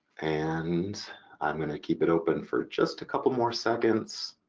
and i'm gonna keep it open for just a couple more seconds,